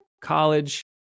college